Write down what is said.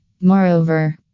Moreover